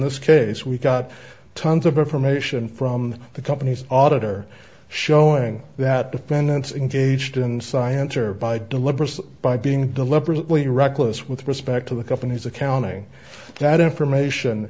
this case we've got tons of information from the companies auditor showing that defendants engaged in science or by deliberate by being deliberately reckless with respect to the company's accounting that information